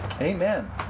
Amen